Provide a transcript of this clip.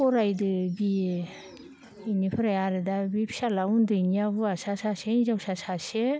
फरायदो बिए इनिफ्राय आरो दा फिसाज्ला उन्दैनिया हुवासा सासे हिनजावसा सासे